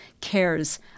cares